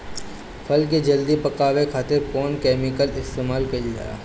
फल के जल्दी पकावे खातिर कौन केमिकल इस्तेमाल कईल जाला?